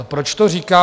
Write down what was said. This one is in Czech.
Proč to říkám?